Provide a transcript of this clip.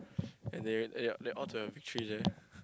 and there eh they all the big three's eh